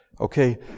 Okay